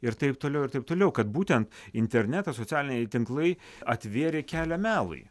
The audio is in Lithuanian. ir taip toliau ir taip toliau kad būtent internetas socialiniai tinklai atvėrė kelią melui